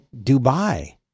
Dubai